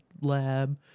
lab